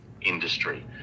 industry